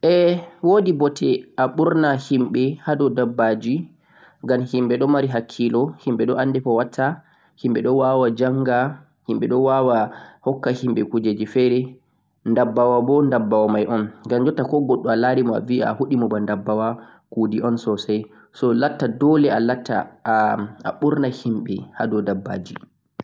Wodi ɓote aɓurna himɓe hado dabbaji ngam himɓe ɗon mari hakkilo, himɓe ɗon andikowatta, himɓe wawi jangugo. Dabbawa boo ayanga kawai